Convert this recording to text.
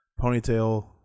ponytail